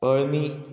अळमी